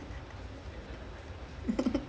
but he try to hide it ah damn funny